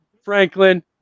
Franklin